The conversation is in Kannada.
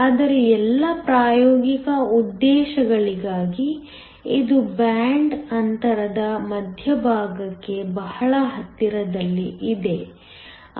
ಆದರೆ ಎಲ್ಲಾ ಪ್ರಾಯೋಗಿಕ ಉದ್ದೇಶಗಳಿಗಾಗಿ ಇದು ಬ್ಯಾಂಡ್ ಅಂತರದ ಮಧ್ಯಭಾಗಕ್ಕೆ ಬಹಳ ಹತ್ತಿರದಲ್ಲಿದೆ